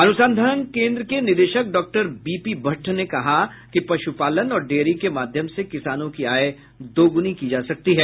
अनुसंधान केंद्र के निदेशक डॉक्टर बी पी भट्ट ने कहा कि पशुपालन और डेयरी के माध्यम से किसानों की आय दोगुनी की जा सकती है